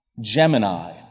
Gemini